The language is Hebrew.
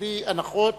בלי הנחות,